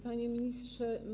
Panie Ministrze!